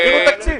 תעבירו תקציב.